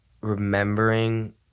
remembering